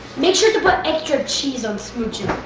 make sure to put extra cheese on smooching.